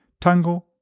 Tango